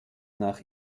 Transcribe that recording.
nach